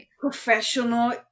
professional